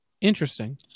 Interesting